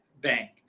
bank